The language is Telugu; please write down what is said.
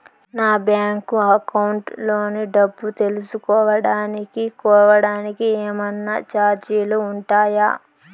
నా బ్యాంకు అకౌంట్ లోని డబ్బు తెలుసుకోవడానికి కోవడానికి ఏమన్నా చార్జీలు ఉంటాయా?